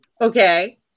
Okay